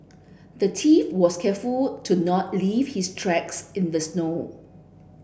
the thief was careful to not leave his tracks in the snow